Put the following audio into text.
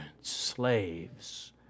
slaves